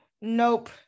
Nope